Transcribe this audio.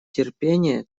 терпение